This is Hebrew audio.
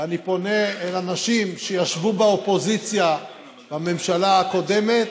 ואני פונה אל אנשים שישבו בקואליציה בממשלה הקודמת